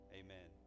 amen